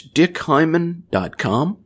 dickhyman.com